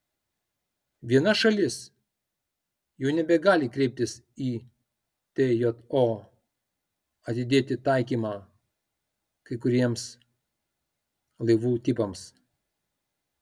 viena šalis jau nebegali kreiptis į tjo atidėti taikymą kai kuriems laivų tipams